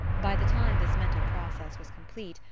by the time this mental process was complete,